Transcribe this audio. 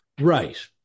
Right